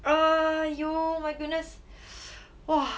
err !aiyo! oh my goodness !wah!